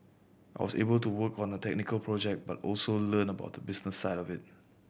I was able to work on a technical project but also learn about the business side of it